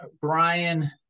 Brian